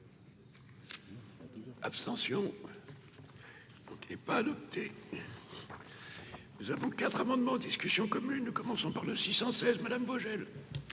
Abstention est pas adopté. Nous avons quatre amendements discussion commune, commençons par le 616 madame Vogel.